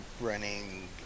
running